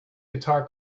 guitar